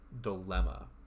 dilemma